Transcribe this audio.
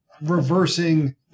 reversing